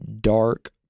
dark